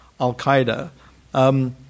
Al-Qaeda